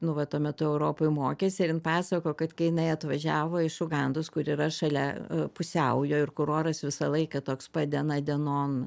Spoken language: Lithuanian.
nu va tuo metu europoj mokėsi ir jin pasakojo kad kai jinai atvažiavo iš ugandos kur yra šalia pusiaujo ir kur oras visą laiką toks pat diena dienon